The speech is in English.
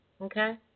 okay